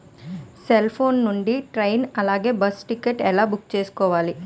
Cell phone నుండి train అలాగే bus ticket ఎలా బుక్ చేసుకోవాలి?